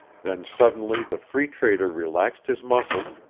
then suddenly the free trader relaxed his muscles,